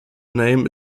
name